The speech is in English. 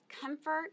comfort